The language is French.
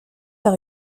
par